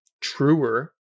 truer